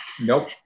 nope